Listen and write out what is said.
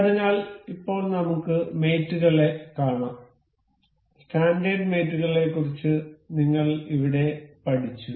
അതിനാൽ ഇപ്പോൾ നമുക്ക് മേറ്റ് കളെ കാണാം സ്റ്റാൻഡേർഡ് മേറ്റ് കളെക്കുറിച്ച് നിങ്ങൾ ഇവിടെ പഠിച്ചു